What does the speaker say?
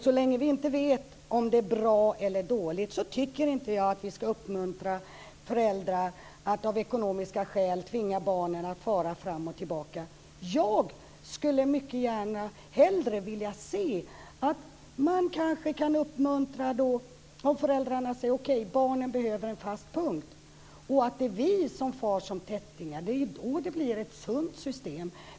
Så länge vi inte vet om det är bra eller dåligt tycker inte jag att vi ska uppmuntra föräldrar att av ekonomiska skäl tvinga barnen att fara fram och tillbaka. Jag skulle mycket hellre vilja se att man kanske uppmuntrar föräldrarna att säga: Okej, barnen behöver en fast punkt. Det är vi som far som tättingar. Det är ju då det blir ett sunt system.